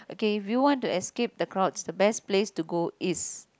okay if you want to escape the crowds the best place to go is